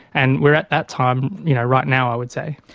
and we are at that time you know right now i would say.